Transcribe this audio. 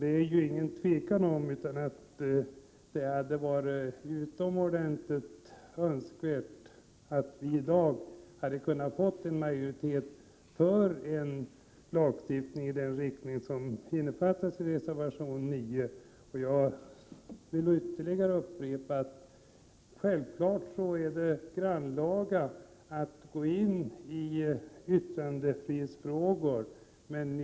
Det är inget tvivel om att det hade varit utomordentligt önskvärt med en majoritet i dag för en lagstiftning i den riktning som innefattas i reservation 9. Jag vill ytterligare upprepa att det självfallet är grannlaga att gå in i yttrandefrihetsfrågorna.